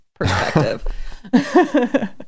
perspective